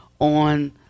on